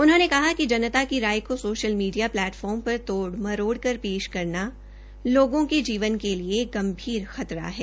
उन्होंने कहा कि जनता की राय को सोशल मीडिया प्लै फार्म पर तोड़ मरोड़ कर पेश करना लोगों के जीवन के लिए एक गंभीर खतरा है